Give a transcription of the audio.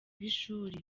b’ishuri